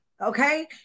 okay